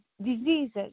diseases